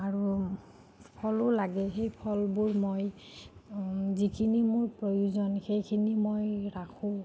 আৰু ফলো লাগে সেই ফলবোৰ মই যিখিনি মোৰ প্ৰয়োজন সেইখিনি মই ৰাখোঁ